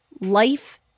life